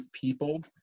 people